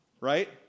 right